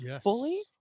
fully